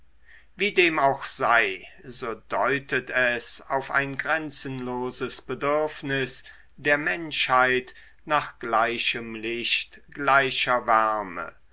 wie dem auch sei so deutet es auf ein grenzenloses bedürfnis der menschheit nach gleichem licht gleicher wärme